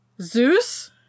zeus